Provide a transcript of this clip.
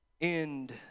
end